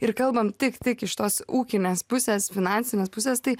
ir kalbam tik tik iš tos ūkinės pusės finansinės pusės tai